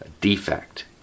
defect